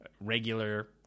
regular